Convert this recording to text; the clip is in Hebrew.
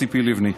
ציפי לבני.